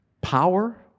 power